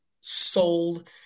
sold